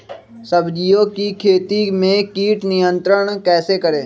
सब्जियों की खेती में कीट नियंत्रण कैसे करें?